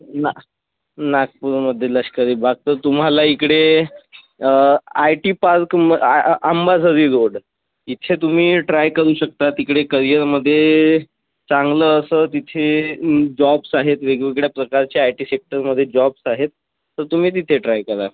ना नागपूरमधे लष्करी भाग तर तुम्हाला हिकडे आयटी पार्क तुम अंबाझरी रोड इथे तुम्ही ट्राय करू शकता तिकडे करियरमधे चांगलं असं तिथे जॉब्स आहेत वेगवेगळ्या प्रकारच्या आयटी सेक्टरमधे जॉब्स आहेत तर तुम्ही तिथे ट्राय करा